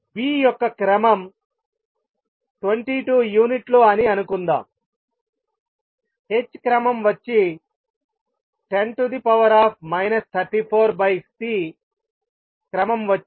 B యొక్క క్రమం 22 యూనిట్లు అని అనుకుందాంh క్రమం వచ్చి 10 34 C క్రమం వచ్చి 108